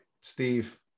Steve